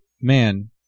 man